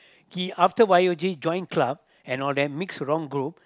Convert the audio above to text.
he after Y_O_G join club and all that mix with wrong group